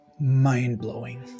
mind-blowing